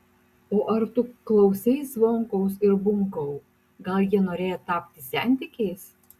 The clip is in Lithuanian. o ar tu klausei zvonkaus ir bunkau gal jie norėjo tapti sentikiais